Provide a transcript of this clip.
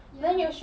ya